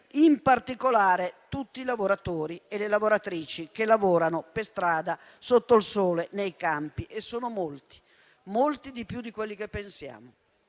in particolare, tutti i lavoratori e le lavoratrici che lavorano per strada, sotto il sole e nei campi, che sono davvero molti di più di quelli che pensiamo.